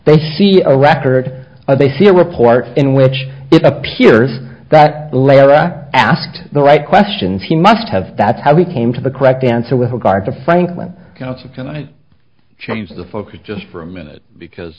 nor a record they see a report in which it appears that blair asked the right questions he must have that's how we came to the correct answer with regard to franklin counsel can i change the focus just for a minute because